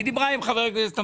והיא דיברה עם חבר הכנסת אמסלם,